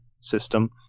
system